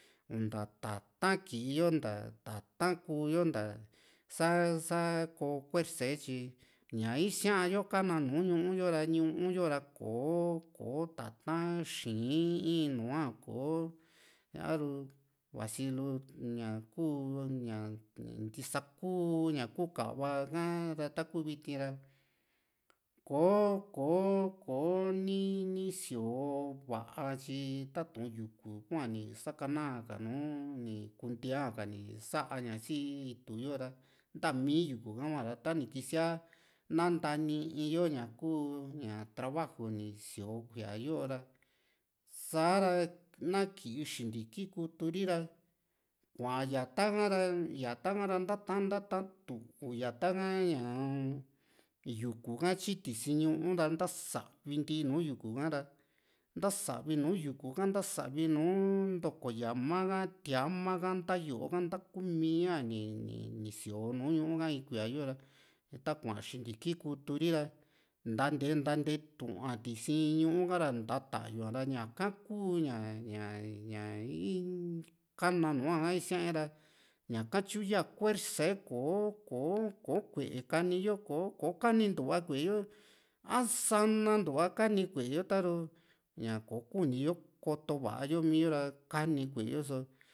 ntaa tata´n kii yo nta tata´n kuu yo nta sa sa koo kuersa´e tyi ña isia´yo kana nùù ñuu yo ra ñuu yo ra kò´o ko tata´n xii´n in nua kò´o a´ru vasi lu ña kuu ntisa kuu ka´va ka ra taku viti ra kò´o kò´o ni ni sio va´a tyi tatu´n yuku hua ni sakna ka nùù ni kuntea ka ni sa´a ña si itu yo ra ntamii yuku ka´huara tani kisia na nataniyo ña kuu trabajo ni sio kuíaa yo ra sa´ra na ki xintiki kuturi ra kuaa yata ha´ra yata ha ra ntata ntatatuu yata ha ñaa yuku ha tyi tisi ñuu ra ntasavi ntii nùù yuku ha´ra ntasavi nùù yuku ha ntasavi nùù ntoko yama ha tia´ma ka nta yo´ka ntaku mii´a ni ni sioo nùù ñuu ha in kuía yo ra takua xintiki kutu ri´ra ni nanteni nateetua tisi´n ñuu ka´ra ni nta tayu´a ra ñaka kuu ña ña in kana nua´ha isiae´ra ñaka tyu íya kuersa´e kò´o ko kué kani yo kò´o ko kanintuva kué yo a sanantuva kani kué yo ta´ru ña kokuni yo koto va´a yo mii´yo ra kani kueyo so